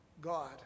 God